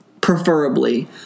preferably